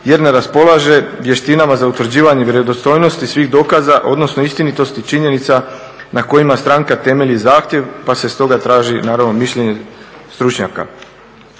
jer ne raspolaže vještinama za utvrđivanje vjerodostojnosti svih dokaza odnosno istinitosti činjenica na kojima stranka temelji zahtjev pa se stoga traži naravno mišljenje stručnjaka.